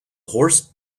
horse